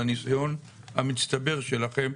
בניסיון המצטבר שלכם,